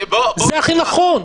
זה הכי נכון.